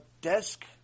desk